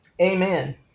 Amen